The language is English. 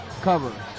cover